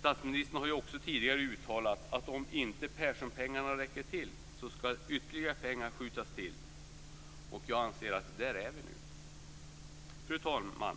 Statsministern har ju också tidigare uttalat att om inte Perssonpengarna räcker till, skall ytterligare pengar skjutas till. Jag anser att vi är där nu. Fru talman!